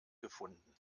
gefunden